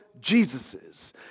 Jesus's